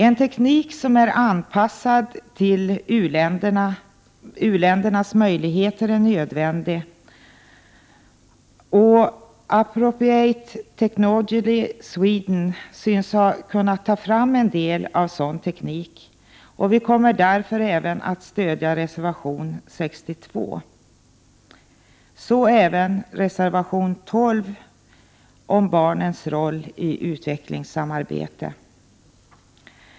En teknik som är anpassad till u-ländernas möjligheter är nödvändig. Och Appropriate Technology Sweden synes ha kunnat ta fram en del sådan teknik. Vi kommer därför att stödja också reservation 62. Så även reservation 12 om barnens roll i utvecklingssamarbete.